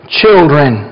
children